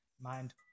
mind